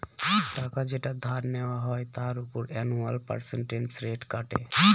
টাকা যেটা ধার নেওয়া হয় তার উপর অ্যানুয়াল পার্সেন্টেজ রেট কাটে